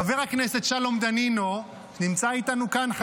חבר הכנסת שלום דנינו נמצא איתנו כאן?